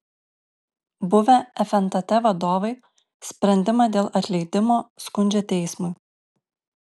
buvę fntt vadovai sprendimą dėl atleidimo skundžia teismui